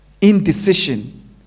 indecision